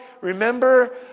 Remember